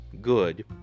good